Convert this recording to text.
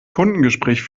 kundengespräch